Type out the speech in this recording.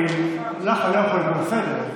אותך אני לא יכול לקרוא לסדר.